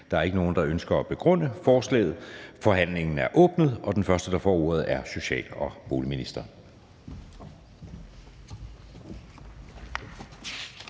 Der er ikke nogen, der ønsker at begrunde forslaget. Forhandlingen er åbnet. Den første, der får ordet, er social- og boligministeren.